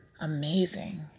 Amazing